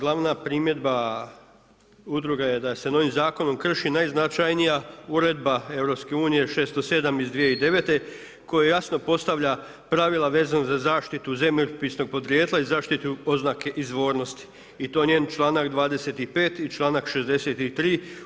Glavna primjedba udruga je da se novim zakonom krši najznačajnija uredba EU 607 iz 2009. koja jasno postavlja pravila vezano za zaštitu zemljopisnog podrijetla i zaštitu oznake izvornosti i to njen čl. 25. i čl. 63.